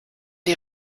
die